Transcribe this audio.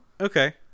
Okay